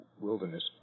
wilderness